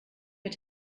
mit